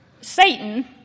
Satan